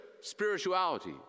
spirituality